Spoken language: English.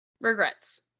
Regrets